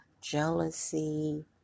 jealousy